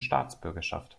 staatsbürgerschaft